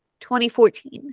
2014